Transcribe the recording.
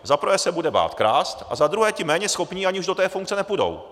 Za prvé se bude bát krást a za druhé ti méně schopní už do té funkce ani nepůjdou.